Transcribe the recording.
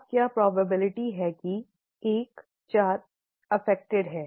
अब क्या संभावना है कि 1 4 प्रभावित है